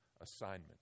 assignment